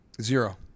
Zero